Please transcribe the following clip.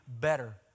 better